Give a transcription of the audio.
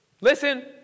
Listen